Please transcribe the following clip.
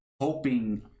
hoping